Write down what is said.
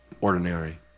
ordinary